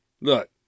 Look